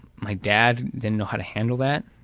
my dad didn't know how to handle that,